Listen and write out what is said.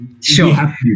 Sure